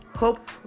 Hope